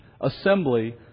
assembly